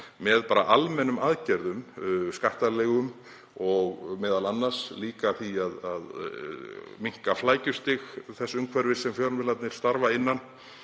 með almennum aðgerðum, skattalegum og m.a. líka því að minnka flækjustig þess umhverfis sem fjölmiðlarnir starfa innan.